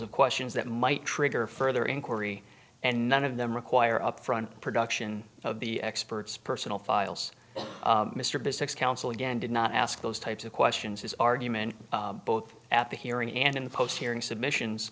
of questions that might trigger further inquiry and none of them require upfront production of the experts personal files mr business counsel again did not ask those types of questions his argument both at the hearing and in the post hearing submissions